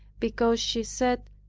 because she said,